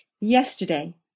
Yesterday